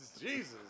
Jesus